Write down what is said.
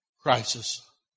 crisis